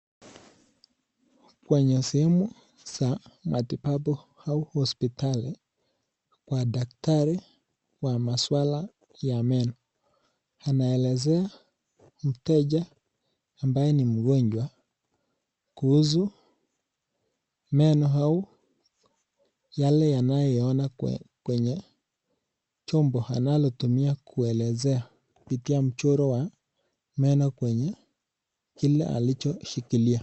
Kwenye sehemu za matibabu au hospitali kwa daktari wa maswala ya meno, anaelezea mteja ambaye ni mgonjwa kuhusu meno au yale yanayoona kwenye chombo anachotumia kuelezea kupitia mchoro wa meno kwenye kile alichoshikilia.